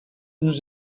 nous